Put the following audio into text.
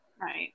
right